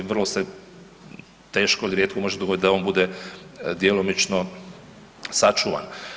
Vrlo se teško ili rijetko može dogoditi da on bude djelomično sačuvan.